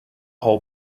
whole